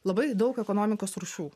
labai daug ekonomikos rūšių